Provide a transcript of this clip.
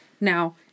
Now